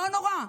לא נורא.